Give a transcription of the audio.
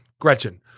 Gretchen